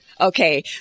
Okay